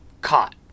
caught